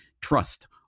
trust